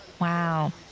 Wow